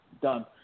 Done